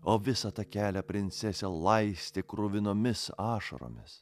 o visą tą kelią princesė laistė kruvinomis ašaromis